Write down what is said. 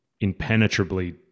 impenetrably